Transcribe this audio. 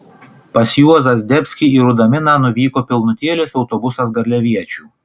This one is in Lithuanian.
pas juozą zdebskį į rudaminą nuvyko pilnutėlis autobusas garliaviečių